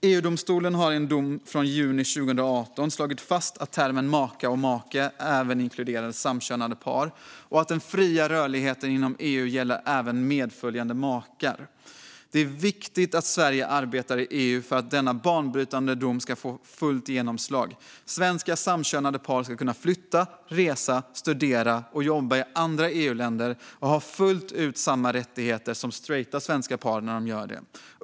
EU-domstolen har i en dom från juni 2018 slagit fast att termerna "maka" och "make" även inkluderar samkönade par och att den fria rörligheten inom EU gäller även medföljande makar. Det är viktigt att Sverige arbetar i EU för att denna banbrytande dom ska få fullt genomslag. Svenska samkönade par ska kunna flytta, resa, studera och jobba i andra EU-länder och fullt ut ha samma rättigheter som straighta svenska par när de gör det.